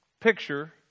picture